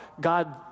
God